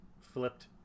flipped